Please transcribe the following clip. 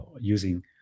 using